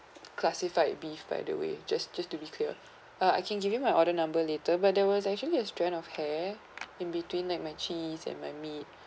classified beef by the way just just to be clear ah I can give you my order number later but there was actually a strand of hair in between like my cheese and my meat